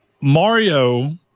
Mario